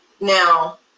Now